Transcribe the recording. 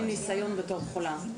אני מדברת מניסיון בתור חולה.